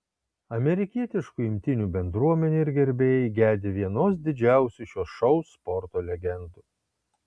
amerikietiškų imtynių bendruomenė ir gerbėjai gedi vienos didžiausių šio šou sporto legendų